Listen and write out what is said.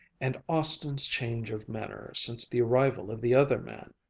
and austin's change of manner since the arrival of the other man,